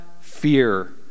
fear